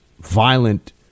violent